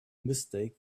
mistake